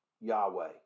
Yahweh